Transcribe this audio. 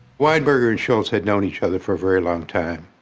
weinberger and shultz had known each other for a very long time.